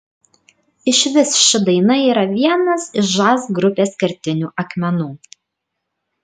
išvis ši daina yra vienas iš žas grupės kertinių akmenų